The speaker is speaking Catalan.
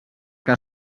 que